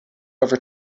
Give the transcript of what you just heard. over